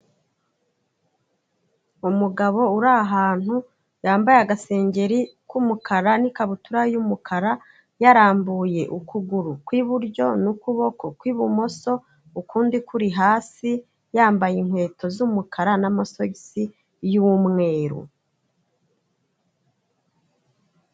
Umugabo uri ahantu yambaye agasengeri k'umukara n'ikabutura y'umukara, yarambuye ukuguru ku iburyo n'ukuboko ku ibumoso ukundi kuri hasi, yambaye inkweto z'umukara n'amasogisi y'umweru.